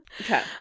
Okay